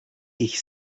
ich